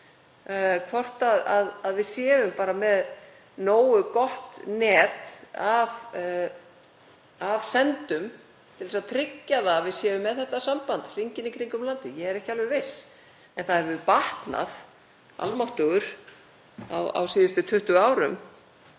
svona. Erum við með nógu gott net af sendum til að tryggja að við séum með þetta samband hringinn í kringum landið? Ég er ekki alveg viss. En það hefur batnað, almáttugur, á síðustu 20 árum,